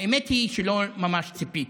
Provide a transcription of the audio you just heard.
האמת היא שלא ממש ציפיתי,